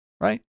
Right